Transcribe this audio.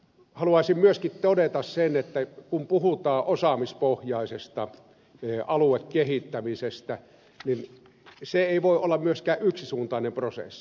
haluaisin myöskin todeta sen että kun puhutaan osaamispohjaisesta aluekehittämisestä niin se ei voi olla myöskään yksisuuntainen prosessi